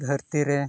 ᱫᱷᱟᱹᱨᱛᱤ ᱨᱮ